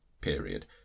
period